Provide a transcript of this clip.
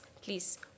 please